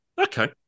Okay